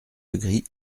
legris